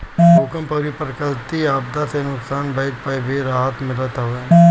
भूकंप अउरी प्राकृति आपदा से नुकसान भइला पे भी राहत मिलत हअ